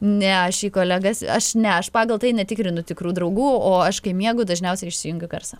ne aš į kolegas aš ne aš pagal tai netikrinu tikrų draugų o aš kai miegu dažniausiai išsijungiu garsą